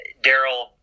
Daryl